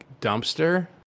dumpster